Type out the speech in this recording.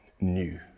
new